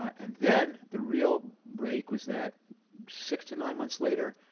and then, the real break was that six to nine months later,